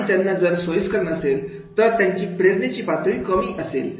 आणि त्यांना जर सोयिस्कर नसेल तर त्यांच्या प्रेरणेची पातळी कमी असेल